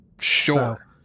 Sure